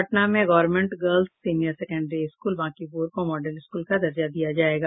पटना में government girls senior secondary school Bankipur को model school का दर्जा दिया जायेगा